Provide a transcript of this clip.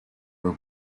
were